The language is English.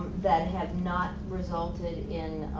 that have not resulted in